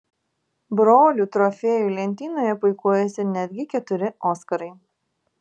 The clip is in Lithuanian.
brolių trofėjų lentynoje puikuojasi netgi keturi oskarai